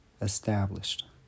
established